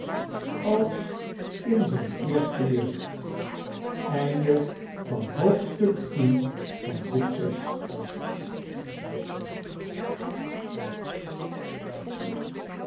hem in zijn eerste jeugd